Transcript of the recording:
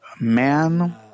man